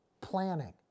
planning